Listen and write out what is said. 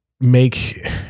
make